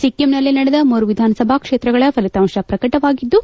ಸಿಕ್ಕಿಂನಲ್ಲಿ ನಡೆದ ಮೂರು ವಿಧಾನಸಭಾ ಕ್ಷೇತ್ರಗಳ ಫಲಿತಾಂಶ ಪ್ರಕಟವಾಗಿದ್ದು